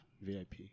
VIP